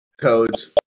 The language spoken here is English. Codes